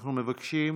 ואנחנו מבקשים